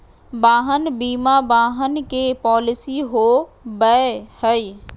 वाहन बीमा वाहन के पॉलिसी हो बैय हइ